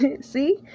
see